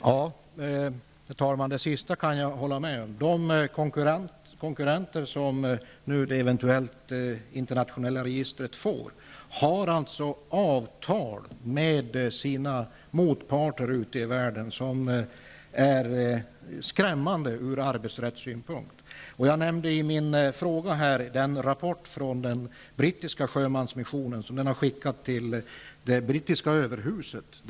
Herr talman! Det sista kan jag hålla med om. De konkurrenter som det eventuella internationella registret innebär har avtal med sina motparter ute i världen som är skrämmande ur arbetsrättssynpunkt. Jag nämnde i min fråga den rapport som den brittiska sjömansmissionen har skickat till det brittiska överhuset.